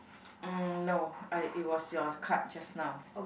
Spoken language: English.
mm no I it was yours card just now